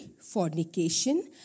fornication